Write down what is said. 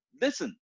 Listen